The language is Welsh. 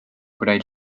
gwneud